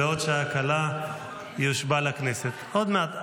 בעוד שעה קלה יושבע לכנסת, עוד מעט.